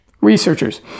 researchers